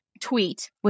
tweet